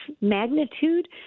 magnitude